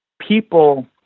people